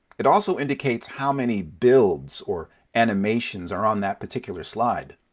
it also indicates how many builds, or animations are on that particular slide.